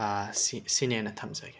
ꯁꯤ ꯁꯤꯅꯦꯅ ꯊꯝꯖꯒꯦ